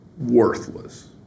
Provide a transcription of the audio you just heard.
worthless